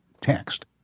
text